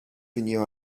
renew